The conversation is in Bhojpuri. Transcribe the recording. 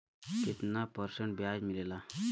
कितना परसेंट ब्याज मिलेला?